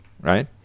right